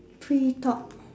free talk